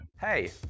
Hey